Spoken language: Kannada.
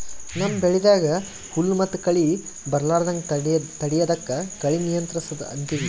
ನಮ್ಮ್ ಬೆಳಿದಾಗ್ ಹುಲ್ಲ್ ಮತ್ತ್ ಕಳಿ ಬರಲಾರದಂಗ್ ತಡಯದಕ್ಕ್ ಕಳಿ ನಿಯಂತ್ರಸದ್ ಅಂತೀವಿ